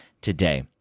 today